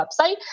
website